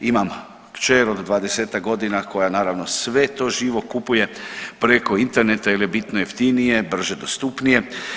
Imam kćer od 20-ak godina koja naravno sve to živo kupuje preko interneta jer je bitno jeftinije, brže dostupnije.